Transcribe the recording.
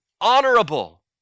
honorable